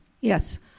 yes